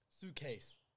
Suitcase